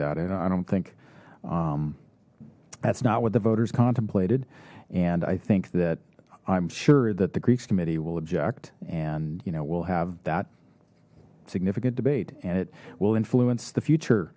that and i don't think that's not what the voters contemplated and i think that i'm sure that the greeks committee will object and you know we'll have that significant debate and it will influence the future